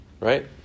Right